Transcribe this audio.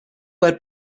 aired